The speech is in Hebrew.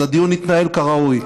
אז הדיון יתנהל כראוי.